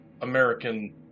American